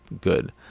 good